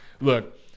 Look